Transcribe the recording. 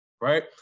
right